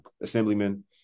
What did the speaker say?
assemblyman